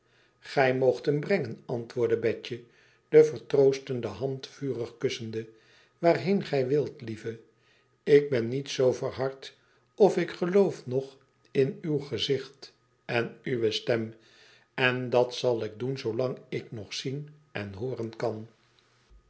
gij moogt hem brengen antwoordde betje de vertroostende band vurig kussende waarheen gij mlt lieve ik ben niet zoo verhard of ik geloof nog in uw gezicht en uwe stem en dat zal ik doen zoolang ik nog zien en hooren kan